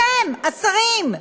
אתם, השרים.